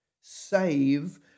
Save